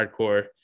hardcore